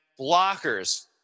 Blockers